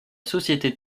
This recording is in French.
société